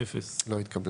0 ההסתייגות לא התקבלה.